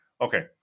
Okay